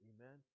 Amen